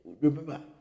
remember